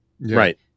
Right